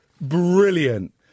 brilliant